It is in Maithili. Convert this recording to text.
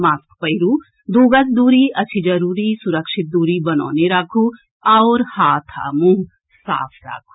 मास्क पहिरू दू गज दूरी अछि जरूरी सुरक्षित दूरी बनौने राखू आओर हाथ आ मुंह साफ राखू